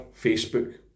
Facebook